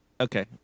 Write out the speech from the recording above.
Okay